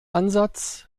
ansatz